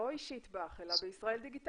לא אישית בך, אלא בישראל דיגיטלית.